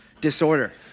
disorder